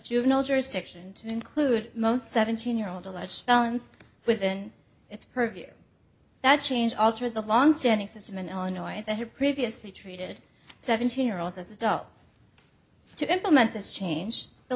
juvenile jurisdiction to include most seventeen year old alleged felons within it's purview that change alter the longstanding system in illinois that had previously treated seventeen year olds as adults to implement this change the